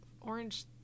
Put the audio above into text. orange